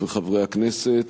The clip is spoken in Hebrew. חוק ומשפט להמשך דיון.